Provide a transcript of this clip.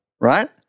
right